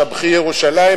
"שבחי ירושלים",